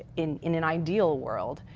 in in an ideal world,